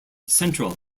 central